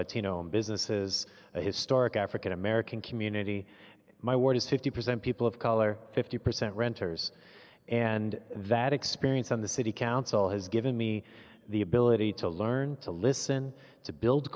latino businesses historic african american community my ward is fifty percent people of color fifty percent renters and that experience on the city council has given me the ability to learn to listen to build